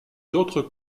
d’autres